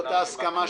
זאת ההסכמה.